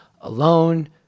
alone